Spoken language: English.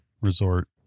resort